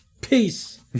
peace